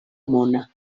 mona